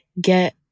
get